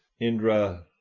Indra